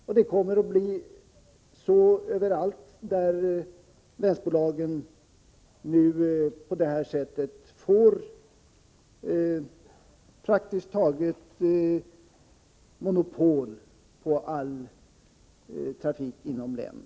Och det kommer att bli på det sättet överallt där länsbolagen nu kommer att praktiskt taget få monopol på all trafik inom länen.